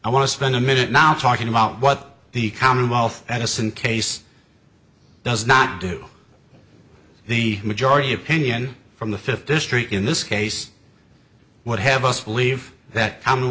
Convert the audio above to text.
i want to spend a minute now talking about what the commonwealth edison case does not do the majority opinion from the fifth district in this case would have us believe that